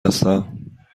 هستم